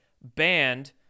banned